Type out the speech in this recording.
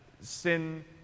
sin